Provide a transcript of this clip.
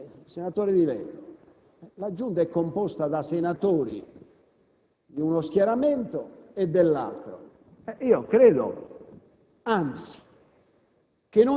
senatore Di Lello Finuoli, la Giunta è composta da senatori di uno schieramento e dell'altro e credo non